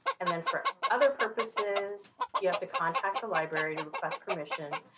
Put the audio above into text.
and then for other purposes you have to contact the library to request permission.